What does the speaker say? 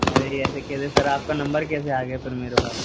अरे ऐसे कैसे सर आपका नम्बर कैसे आ गया फ़िर मेरे पास